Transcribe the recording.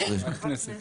חברת כנסת.